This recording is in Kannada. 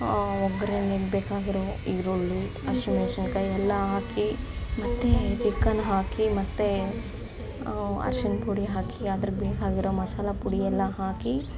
ಒಗ್ಗರಣೆಗೆ ಬೇಕಾಗಿರೋ ಈರುಳ್ಳಿ ಹಸಿಮೆಣ್ಸಿನ್ಕಾಯಿ ಎಲ್ಲ ಹಾಕಿ ಮತ್ತೆ ಚಿಕ್ಕನ್ ಹಾಕಿ ಮತ್ತೆ ಅರಶಿಣ ಪುಡಿ ಹಾಕಿ ಅದಕ್ಕೆ ಬೇಕಾಗಿರೋ ಮಸಾಲ ಪುಡಿ ಎಲ್ಲ ಹಾಕಿ